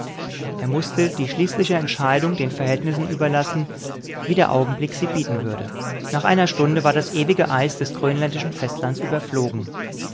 er mußte die schließliche entscheidung den verhältnissen überlassen wie der augenblick sie bieten würde nach einer stunde war das ewige eis des grönländischen festlands überflogen